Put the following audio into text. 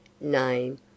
name